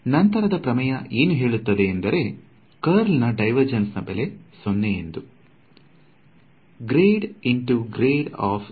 ನಂತರದ ಪ್ರಮೇಯ ಏನು ಹೇಳುತ್ತದೆ ಎಂದರೆ ಕರ್ಲ್ ನಾ ಡಿವೆರ್ಜನ್ಸ್ ನ ಬೆಲೆ 0 ಎಂದು